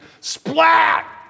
splat